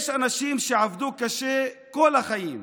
יש אנשים שעבדו קשה כל החיים,